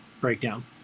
breakdown